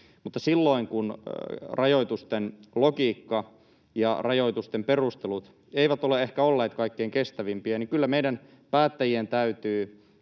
Mutta siinä missä rajoitusten logiikka ja rajoitusten perustelut eivät ole ehkä olleet kaikkein kestävimpiä, kyllä meidän päättäjien täytyy